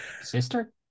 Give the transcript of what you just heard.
Sister